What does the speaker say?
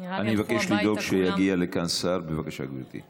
נראה לי שהלכו הביתה, כולם.